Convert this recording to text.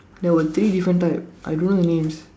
there were three different type I don't know the names